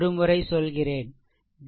ஒரு முறை சொல்கிறேன் டி